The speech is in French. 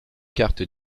carte